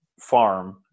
farm